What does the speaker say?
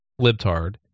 libtard